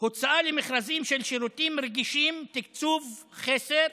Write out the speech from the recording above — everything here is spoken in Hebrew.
הוצאה למכרזים של שירותים רגישים, תקצוב חסר,